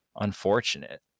unfortunate